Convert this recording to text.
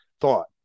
thought